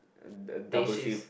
uh double shift